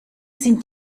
sind